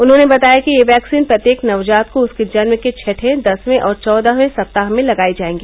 उन्होंने बताया कि यह वैक्सीन प्रत्येक नवजात को उसके जन्म के छठें दसवें और चौदहवें सप्ताह में लगाई जायेंगी